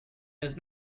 does